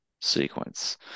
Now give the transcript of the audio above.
sequence